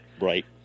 Right